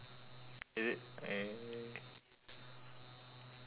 is it mm